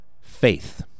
Faith